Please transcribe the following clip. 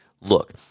Look